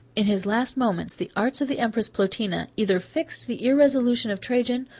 in his last moments the arts of the empress plotina either fixed the irresolution of trajan,